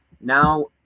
now